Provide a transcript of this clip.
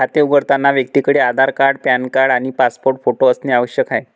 खाते उघडताना व्यक्तीकडे आधार कार्ड, पॅन कार्ड आणि पासपोर्ट फोटो असणे आवश्यक आहे